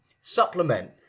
supplement